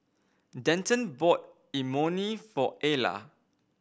Denton bought Imoni for Ayla